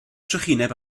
trychineb